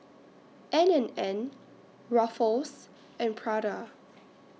N and N Ruffles and Prada